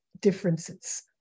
differences